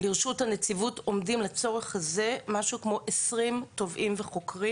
לרשות הנציבות עומדים לצורך זה כ-20 תובעים וחוקרים.